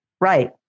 Right